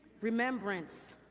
remembrance